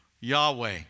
Yahweh